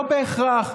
לא בהכרח.